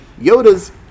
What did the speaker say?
Yoda's